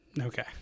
Okay